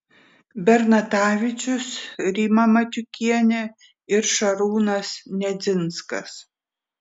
bernatavičius rima matiukienė ir šarūnas nedzinskas